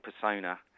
persona